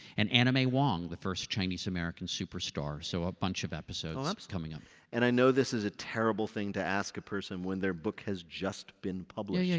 and anna may wong, the first chinese-american superstar so a bunch of episodes coming up peter and i know this is a terrible thing to ask a person when their book has just been published, yeah